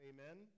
Amen